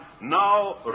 now